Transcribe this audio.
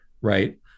right